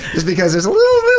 just because there's a little